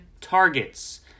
targets